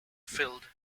filled